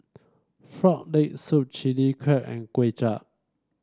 Frog Leg Soup Chilli Crab and Kway Chap